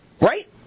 right